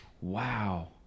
wow